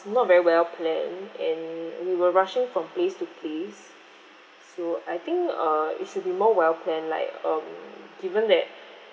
not very well planned and we were rushing from place to place so I think err it should be more well plan like um given that